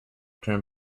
term